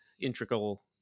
integral